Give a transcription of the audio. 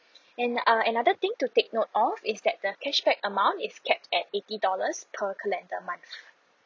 and uh another thing to take note of is that the cashback amount is capped at eighty dollars per calendar month